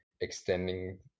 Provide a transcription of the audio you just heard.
extending